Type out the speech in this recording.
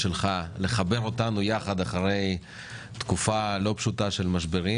שלך לחבר אותנו יחד אחרי תקופה לא פשוטה של משברים,